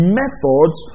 methods